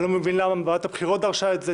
אני לא מבין למה ועדת הבחירות דרשה את זה.